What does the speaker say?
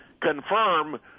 confirm